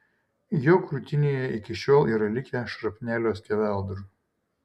jo krūtinėje iki šiol yra likę šrapnelio skeveldrų